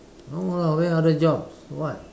no lah where other jobs for what